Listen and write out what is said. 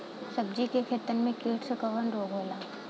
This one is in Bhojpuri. सब्जी के खेतन में कीट से कवन रोग होला?